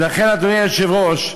ולכן, אדוני היושב-ראש,